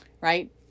right